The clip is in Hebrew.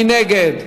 מי נגד?